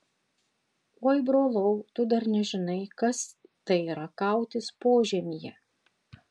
oi brolau tu dar nežinai kas tai yra kautis požemyje